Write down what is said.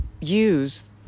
use